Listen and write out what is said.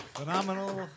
phenomenal